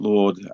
Lord